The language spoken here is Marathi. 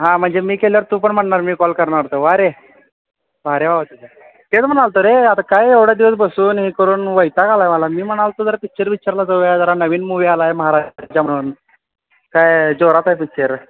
हां म्हणजे मी केल्यावर तू पण म्हणणार मी कॉल करणार होतो वारे वारे वा तुज तेचं म्हणालो होतो रे आता काय एवढ्या दिवस बसून हे करून वैताग आला आहे मला मी म्हणालो होतो जरा पिच्चर विक्चरला जाऊया जरा नवीन मूवी आला आहे महाराजा म्हणून काय जोरात आहे पिच्चर